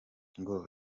ngo